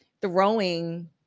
throwing